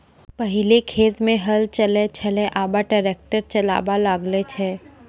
पहिलै खेत मे हल चलै छलै आबा ट्रैक्टर चालाबा लागलै छै